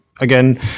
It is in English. again